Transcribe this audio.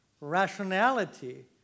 Rationality